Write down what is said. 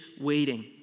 waiting